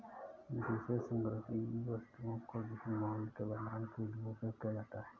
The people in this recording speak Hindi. विशेष संग्रहणीय वस्तुओं को भी मूल्य के भंडारण के लिए उपयोग किया जाता है